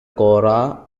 cora